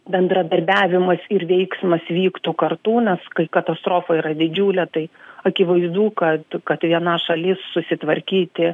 bendradarbiavimas ir veiksmas vyktų kartu nes kai katastrofa yra didžiulė tai akivaizdu kad kad viena šalis susitvarkyti